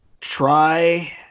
try